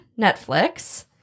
Netflix